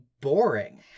boring